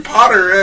Potter